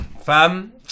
fam